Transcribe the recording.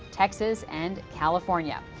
texas and california.